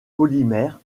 polymère